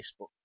Facebook